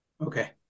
Okay